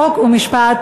חוק ומשפט,